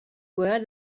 where